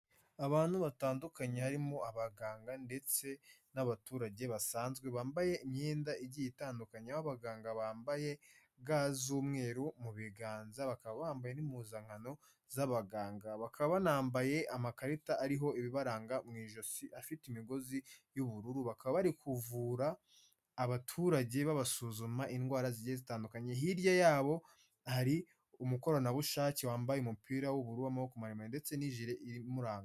Abantu batandukanye harimo abaganga ndetse n'abaturage basanzwe bambaye imyenda igiye itandukanye, aho abaganga bambaye ga z'umweru mu biganza bakaba bambaye n'impuzankano z'abaganga, bakaba banambaye amakarita ariho ibibaranga mu ijosi afite imigozi y'ubururu, bakaba bari kuvura abaturage babasuzuma indwara zigiye zitandukanye, hirya yabo hari umukoranabushake wambaye umupira w'ubururu w'amaboko maremare ndetse n'ijire imuranga.